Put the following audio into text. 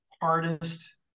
hardest